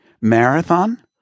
marathon